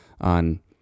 on